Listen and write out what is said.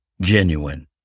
genuine